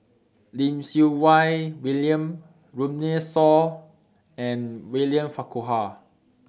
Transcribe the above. Lim Siew Wai William Runme Shaw and William Farquhar